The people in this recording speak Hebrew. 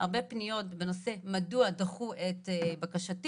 פניות בנושא מדוע דחו את הבקשה.